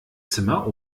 zimmer